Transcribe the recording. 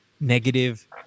negative